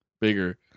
Bigger